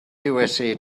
usa